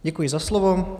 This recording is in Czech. Děkuji za slovo.